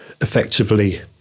effectively